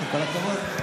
כל הכבוד.